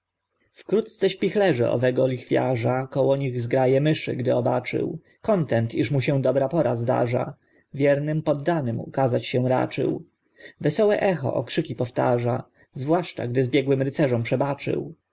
wkrótce śpichlerze owego lichwiarza koło nich zgraje myszy gdy obaczył kontent iż mu się dobra pora zdarza wiernym poddanym ukazać się raczył wesołe echo okrzyki powtarza zwłaszcza gdy zbiegłym rycerzom przebaczył